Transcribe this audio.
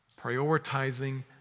prioritizing